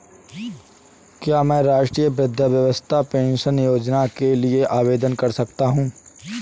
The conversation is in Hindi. क्या मैं राष्ट्रीय वृद्धावस्था पेंशन योजना के लिए आवेदन कर सकता हूँ?